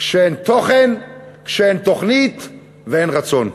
כשאין תוכן, כשאין תוכנית ואין רצון.